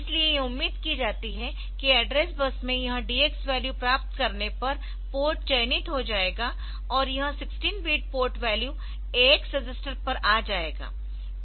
इसलिए यह उम्मीद की जाती है कि एड्रेस बस में यह DX वैल्यू प्राप्त करने पर पोर्ट चयनित हो जाएगा और यह 16 bit port value AX register पर आ जाएगा